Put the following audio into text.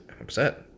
Upset